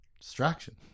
distraction